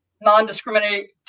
non-discriminatory